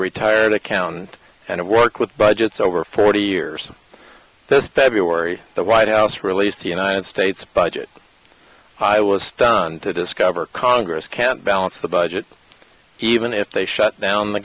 retired accountant and work with budgets over forty years this badly worry the white house released united states budget i was stunned to discover congress can't balance the budget even if they shut down the